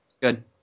Good